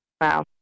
Wow